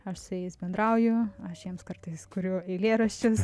aš su jais bendrauju aš jiems kartais kuriu eilėraščius